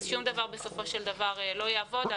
שום דבר בסופו של דבר לא יעבוד.